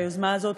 היוזמה הזאת.